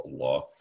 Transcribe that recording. Allah